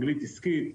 אנגלית עסקית.